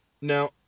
Now